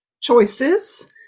choices